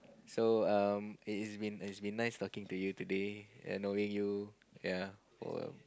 so um it is been it is been nice talking you to today and knowing you ya for